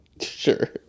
Sure